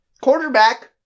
Quarterback